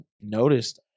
noticed –